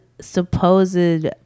supposed